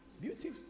Beauty